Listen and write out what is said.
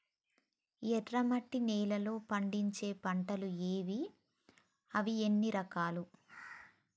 ఎర్రమట్టి నేలలో పండించే పంటలు ఏవి? అవి ఎన్ని రకాలు?